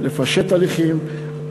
לפשט הליכים,